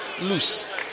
loose